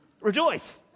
Rejoice